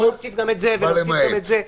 בוא נוסיף גם את זה ונוסיף גם את זה.